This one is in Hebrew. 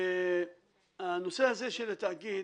הנושא הזה של התאגיד